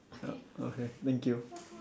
yup okay thank you